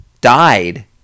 died